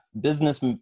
business